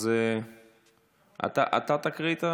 והינה,